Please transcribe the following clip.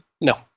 No